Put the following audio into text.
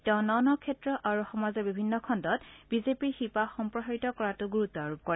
তেওঁ ন ন ক্ষেত্ৰ আৰু সমাজৰ বিভিন্ন খণ্ডত বিজেপিৰ শিপা সম্প্ৰাসাৰিত কৰাটো গুৰুত্ব আৰোপ কৰে